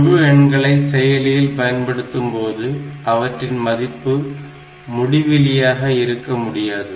முழு எண்களை செயலியில் பயன்படுத்தும்போது அவற்றின் மதிப்பு முடிவிலியாக இருக்க முடியாது